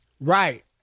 Right